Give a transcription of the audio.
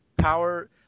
power